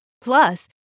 Plus